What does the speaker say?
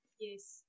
Yes